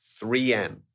3M